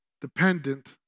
dependent